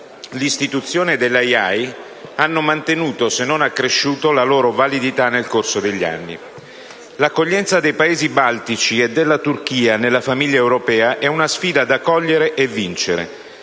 l'istituzione della IAI hanno mantenuto se non accresciuto la loro validità nel corso degli anni. L'accoglienza dei Paesi balcanici e della Turchia nella famiglia europea è una sfida da cogliere e vincere,